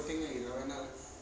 voting ఇరవై నాలుగు